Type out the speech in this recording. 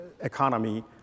economy